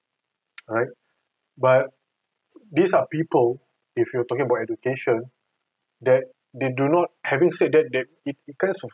right but these are people if you are talking about education that they do not having said that that it kinds of